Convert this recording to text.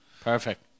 Perfect